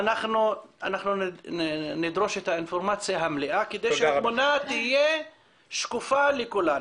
אנחנו נדרוש את האינפורמציה המלאה כדי שהתמונה תהיה שקופה לכולנו.